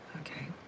Okay